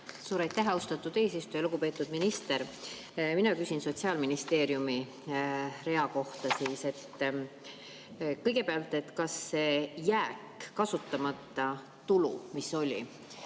Suur aitäh, austatud eesistuja! Lugupeetud minister! Mina küsin Sotsiaalministeeriumi rea kohta. Kõigepealt, kas see jääk, kasutamata tulu, mis oli,